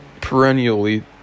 perennially